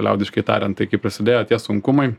liaudiškai tariant tai kai prasidėjo tie sunkumai